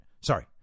Sorry